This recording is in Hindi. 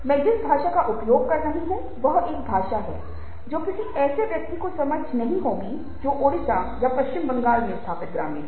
मैं जिस भाषा का उपयोग कर रहा हूं वह एक भाषा है जो किसी ऐसे व्यक्ति को समझ नहीं होगा जो ओडिशा या पश्चिम बंगाल में स्थापित ग्रामीण है